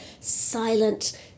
silent